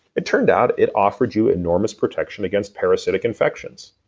it turned out it offered you enormous protection against parasitic infections.